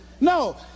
No